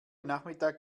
nachmittag